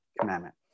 Commandment